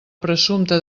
presumpta